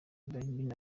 balbine